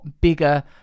bigger